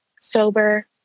sober